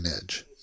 edge